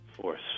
force